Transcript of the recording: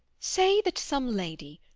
say that some lady,